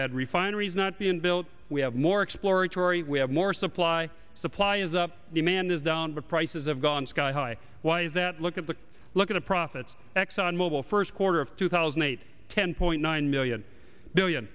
had refineries not been built we have more exploratory we have more supply supply is up demand is down but prices have gone sky high why is that look at the look at a profit for exxon mobile first quarter of two thousand and eight ten point nine million billion